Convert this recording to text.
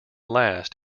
last